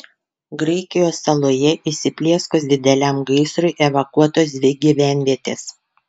graikijos saloje įsiplieskus dideliam gaisrui evakuotos dvi gyvenvietės